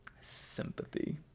sympathy